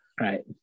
right